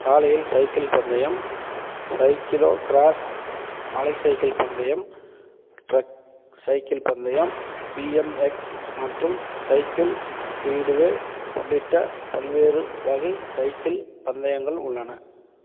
சாலையில் சைக்கிள் பந்தயம் சைக்கிளோக்ராஸ் மலை சைக்கிள் பந்தயம் ட்ரக் சைக்கிள் பந்தயம் பிஎம்எக்ஸ் மற்றும் சைக்கிள் ஸ்பீடுவே உள்ளிட்ட பல்வேறு வகை சைக்கிள் பந்தயங்கள் உள்ளன